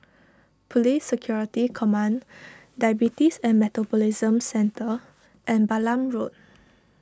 Police Security Command Diabetes and Metabolism Centre and Balam Road